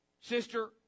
sister